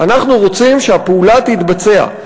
אנחנו רוצים שהפעולה תתבצע.